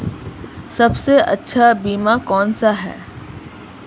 सबसे अच्छा बीमा कौनसा है?